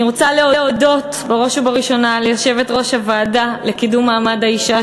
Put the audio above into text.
אני רוצה להודות בראש ובראשונה ליושבת-ראש הוועדה לקידום מעמד האישה,